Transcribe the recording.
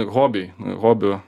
hobiai hobių